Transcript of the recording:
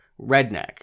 redneck